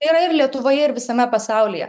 yra ir lietuvoje ir visame pasaulyje